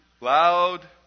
loud